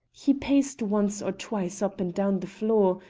he paced once or twice up and down the floor,